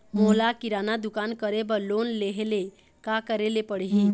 मोला किराना दुकान करे बर लोन लेहेले का करेले पड़ही?